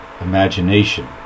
imagination